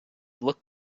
looked